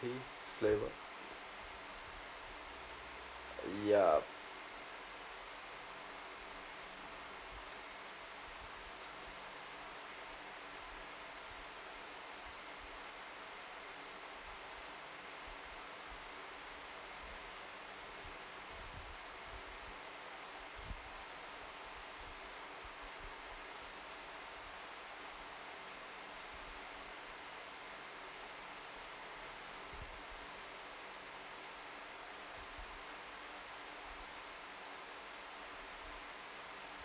flavor ya